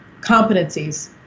competencies